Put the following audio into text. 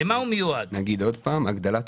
לכן אני מסכים איתך שמעל גיל 12,